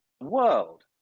world